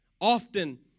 often